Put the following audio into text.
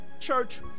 church